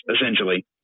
essentially